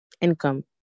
Income